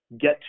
get